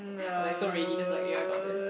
I'm like so ready just like ya I got this